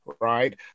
right